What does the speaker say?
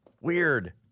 Weird